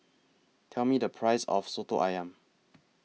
Tell Me The Price of Soto Ayam